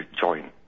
join